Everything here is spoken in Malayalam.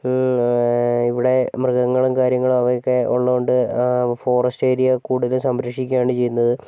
ഇവിടെ മൃഗങ്ങളും കാര്യങ്ങൾ അവയൊക്കെ ഉള്ളതുകൊണ്ട് ഫോറസ്റ്റ് ഏരിയ കൂടുതൽ സംരക്ഷിക്കുകയാണ് ചെയ്യുന്നത്